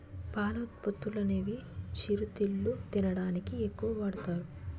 పాల ఉత్పత్తులనేవి చిరుతిళ్లు తినడానికి ఎక్కువ వాడుతారు